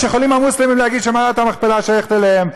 המוסלמים יכולים להגיד שמערת המכפלה שייכת להם,